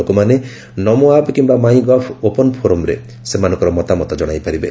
ଲୋକମାନେ ନମୋ ଆପ୍ କିମ୍ବା MyGov open ଫୋରମ୍ରେ ସେମାନଙ୍କର ମତାମତ ଜଣାଇପାରିବେ